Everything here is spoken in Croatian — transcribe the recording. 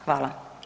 Hvala.